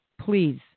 Please